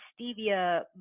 stevia